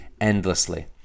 endlessly